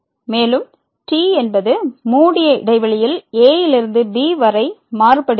மேலும்t என்பது மூடிய இடைவெளியில் a லிருந்து b வரை மாறுபடுகிறது